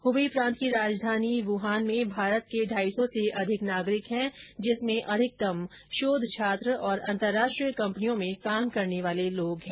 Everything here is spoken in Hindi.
हुबेई प्रॉत की राजधानी वुहान में भारत के ढाई सौ से अधिक नागरिक है जिसमें अधिकतम शोध छात्र और अंतर्राष्ट्रीय कम्पनियों में काम करने वाले लोग है